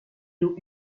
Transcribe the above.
d’eau